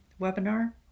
webinar